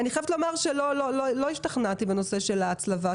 אני חייבת לומר שלא השתכנעתי בנושא של ההצלבה,